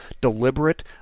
deliberate